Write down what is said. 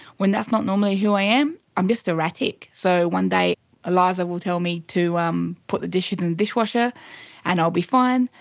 when that's not normally who i am. i'm just erratic. so one day eliza will tell me to um put the dishes in the dishwasher and i'll be fine,